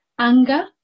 anger